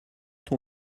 ton